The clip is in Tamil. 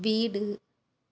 வீடு